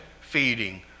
feeding